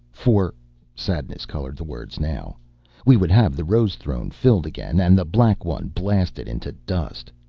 for sadness colored the words now we would have the rose throne filled again and the black one blasted into dust.